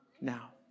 now